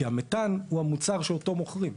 כי המתאן הוא המוצר שאותו מוכרים.